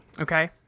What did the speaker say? okay